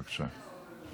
בבקשה.